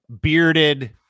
Bearded